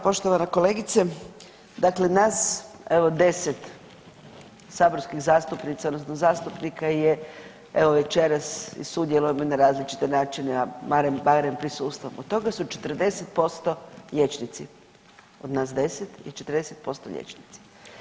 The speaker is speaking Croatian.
Poštovana kolegice, dakle nas evo 10 saborskih zastupnica odnosno zastupnika je evo večeras i sudjelujemo na različite načine, a barem, barem prisustvom, od toga su 40% liječnici, od nas 10 je 40% liječnici.